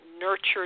nurtured